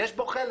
יש בו חלק,